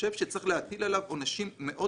חושב שצריך להטיל עליו עונשים מאוד